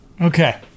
Okay